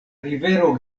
rivero